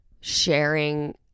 sharing